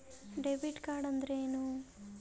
Debit ಕಾರ್ಡ್ಅಂದರೇನು?